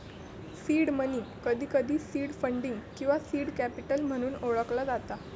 seed money, कधीकधी seed funding किंवा seed capital म्हणून ओळखला जाता